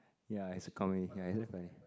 ya it's a comedy ya it's damn funny